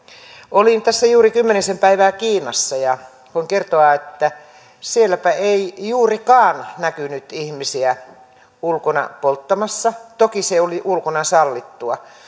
olin tässä juuri kymmenisen päivää kiinassa ja voin kertoa että sielläpä ei juurikaan näkynyt ihmisiä ulkona polttamassa toki se oli ulkona sallittua